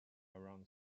around